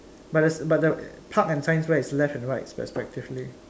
but the but the park and science fair is left and right respectively